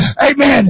Amen